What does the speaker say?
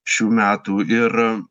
šių metų ir